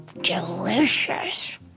Delicious